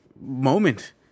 moment